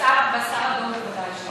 בשר אדום ודאי שלא.